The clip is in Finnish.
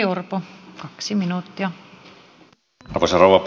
arvoisa rouva puhemies